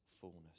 fullness